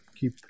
keep